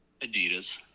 Adidas